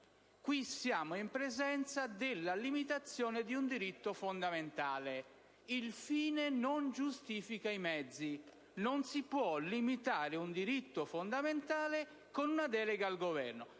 qui in presenza della limitazione di un diritto fondamentale. Il fine non giustifica i mezzi. Non si può limitare un diritto fondamentale con una delega al Governo.